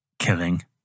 killing